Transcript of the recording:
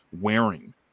wearing